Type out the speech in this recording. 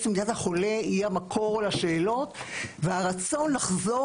מיטת החולה היא המקור לשאלות והרצון לחזור